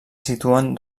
situen